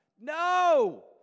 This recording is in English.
no